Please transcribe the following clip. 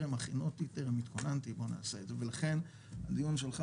אנחנו נעשה דיון כזה,